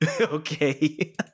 Okay